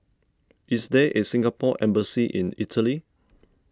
is there a Singapore Embassy in Italy